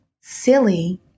silly